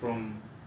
and